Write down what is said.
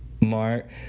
mark